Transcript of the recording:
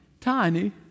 tiny